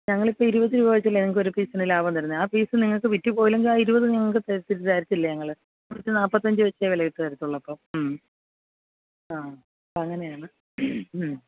ഞങ്ങളിപ്പോള് ഇരുപത് രൂപാ വെച്ചല്ലേ നിങ്ങള്ക്കൊരു പീസിന് ലാഭം തരുന്നേ ആ പീസ് നിങ്ങള്ക്ക് വിറ്റു പോയില്ലെങ്കില് ആ ഇരുപത് നിങ്ങള്ക്ക് തരത്തില്ല ഞങ്ങള് നൂറ്റിനാൽപ്പത്തിയഞ്ച് വെച്ചേ വിലയിട്ട് തരത്തുളളൂ അപ്പോ ഉം ആ അപ്പോഴങ്ങനെയാണ് ഉം